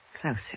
Closer